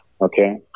Okay